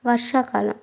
వర్షాకాలం